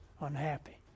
unhappy